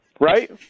Right